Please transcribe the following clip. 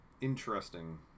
interesting